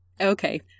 Okay